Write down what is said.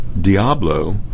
Diablo